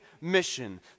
mission